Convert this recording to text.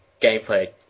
gameplay